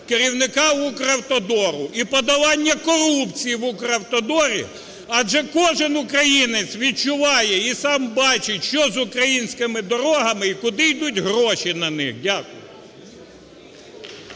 керівника "Укравтодору" і подолання корупції в "Укравтодорі", адже кожен українець відчуває і сам бачить, що з українськими дорогами і куди йдуть гроші на них. Дякую.